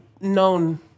known